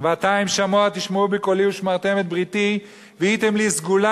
"ועתה אם שמֹע תשמעו בקולי ושמרתם את בריתי והייתם לי סגֻלה